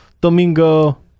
Domingo